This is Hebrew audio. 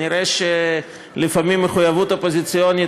נראה שלפעמים מחויבות אופוזיציונית